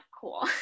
cool